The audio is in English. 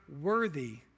worthy